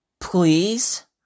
Please